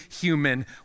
human